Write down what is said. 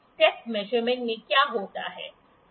step measurement में क्या होता है